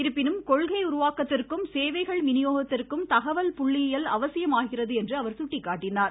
இருப்பினும் கொள்கை உருவாக்கத்திற்கும் சேவைகள் விநியோகத்திற்கும் தகவல் புள்ளியியல் அவசியமாகிறது என்று அவர் சுட்டிக்காட்டினார்